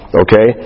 okay